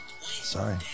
Sorry